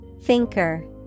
Thinker